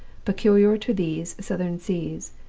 peculiar to these southern seas,